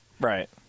Right